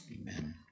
amen